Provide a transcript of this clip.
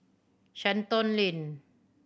Shenton Lane